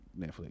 Netflix